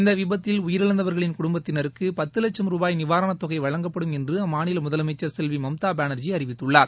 இந்தவிபத்தில் உயிரிழந்தவர்களின் குடும்பத்தினருக்குபத்துலட்சம் ருபற்ற் நிவாரணத்தொகைவழங்கப்படும் என்றுஅம்மாநிலமுதலமைச்சர் செல்விமம்தாபானர்ஜி அறிவித்துள்ளார்